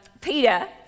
Peter